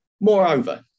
Moreover